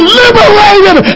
liberated